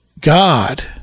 God